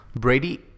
Brady